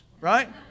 right